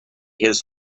his